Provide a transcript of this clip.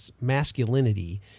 masculinity